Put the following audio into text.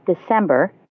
December